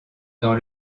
dans